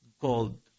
gold